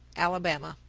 alabama.